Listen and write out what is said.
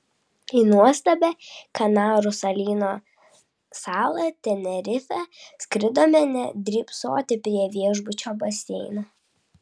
į nuostabią kanarų salyno salą tenerifę skridome ne drybsoti prie viešbučio baseino